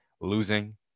losing